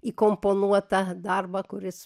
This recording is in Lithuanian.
įkomponuotą darbą kuris